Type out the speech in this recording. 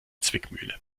zwickmühle